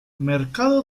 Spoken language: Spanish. mercado